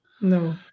No